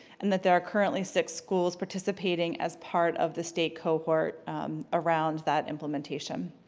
and that there are currently six schools participating as part of the state cohort around that implementation.